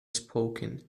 spoken